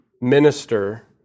minister